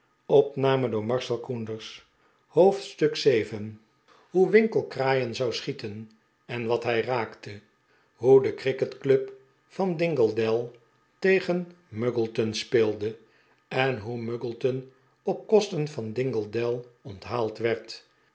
hoofdstuk vii hoe winkle kraaien zou schieten en wat hij raakte hoe de cricket club vara dingley dell tegen muggleton speelde en hoe muggleton op kosten van dingley dell onthaald werd